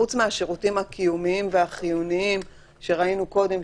חוץ מהשירותים הקיומיים והחיוניים שראינו קודם,